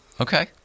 Okay